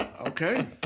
Okay